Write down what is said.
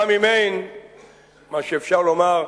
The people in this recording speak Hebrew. גם אם אין מה שאפשר לומר,